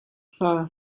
hna